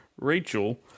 Rachel